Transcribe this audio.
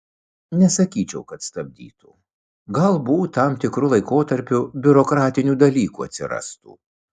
nesakyčiau kad stabdytų galbūt tam tikru laikotarpiu biurokratinių dalykų atsirastų